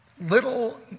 little